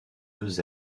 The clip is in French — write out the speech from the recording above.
deux